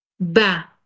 Ba